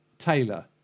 taylor